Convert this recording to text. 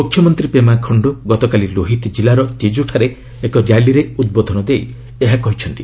ମୁଖ୍ୟମନ୍ତ୍ରୀ ପେମା ଖଣ୍ଡୁ ଗତକାଲି ଲୋହିତ କିଲ୍ଲାର ତେଜୁଠାରେ ଏକ ର୍ୟାଲିରେ ଉଦ୍ବୋଧନ ଦେଇ ଏହା କହିଛନ୍ତି